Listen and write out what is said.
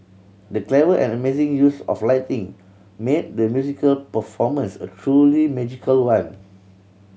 the clever and amazing use of lighting made the musical performance a truly magical one